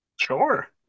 Sure